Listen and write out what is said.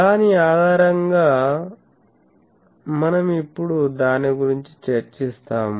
దాని ఆధారంగా మనం ఇప్పుడు దాని గురించి చర్చిస్తాము